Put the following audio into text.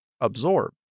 absorb